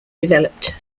developed